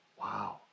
Wow